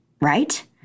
right